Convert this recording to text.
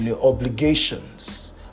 obligations